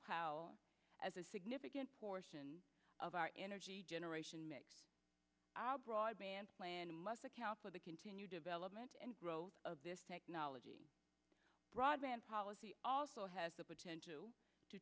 as a significant portion of our energy generation makes broadband must account for the continued development and growth of this technology broadband policy also has the potential to